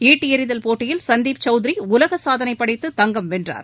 ஈட்டியெறிதல் போட்டியில் சந்தீப் சவுத்ரி உலக சாதனை படைத்து தங்கம் வென்றார்